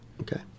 Okay